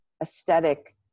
aesthetic